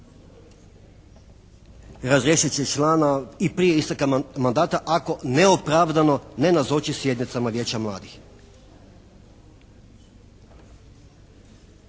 razriješit će člana i prije isteka mandata ako neopravdano ne nazoči sjednicama Vijeća mladih.